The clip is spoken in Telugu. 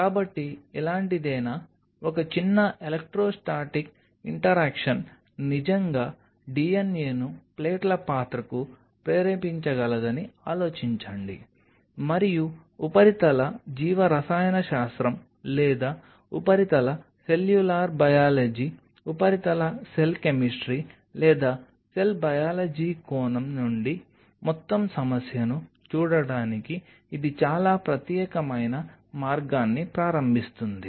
కాబట్టి ఇలాంటిదేనా ఒక చిన్న ఎలెక్ట్రోస్టాటిక్ ఇంటరాక్షన్ నిజంగా DNA ను ప్లేట్ల పాత్రకు ప్రేరేపించగలదని ఆలోచించండి మరియు ఉపరితల జీవరసాయన శాస్త్రం లేదా ఉపరితల సెల్యులార్ బయాలజీ ఉపరితల సెల్ కెమిస్ట్రీ లేదా సెల్ బయాలజీ కోణం నుండి మొత్తం సమస్యను చూడడానికి ఇది చాలా ప్రత్యేకమైన మార్గాన్ని ప్రారంభిస్తుంది